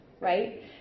right